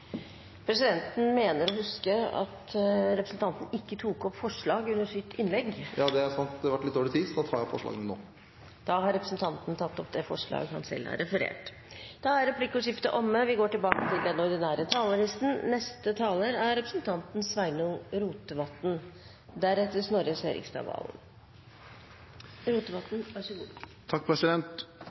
Presidenten mener å huske at representanten ikke tok opp forslag under sitt innlegg. Det er sant. Det ble litt dårlig tid. Da tar jeg opp forslagene nå. Representanten Trygve Slagsvold Vedum har tatt opp de forslagene han refererte til. Replikkordskiftet er omme. Venstre sitt overordna mål i skattepolitikken er eit grønt skatteskifte der skattesystemet blir brukt aktivt til